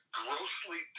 grossly